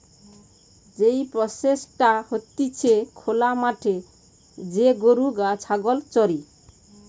যেই প্রসেসটা হতিছে খোলা মাঠে যে গরু ছাগল চরে